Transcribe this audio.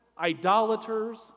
idolaters